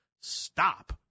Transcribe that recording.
stop